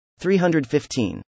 315